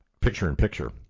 picture-in-picture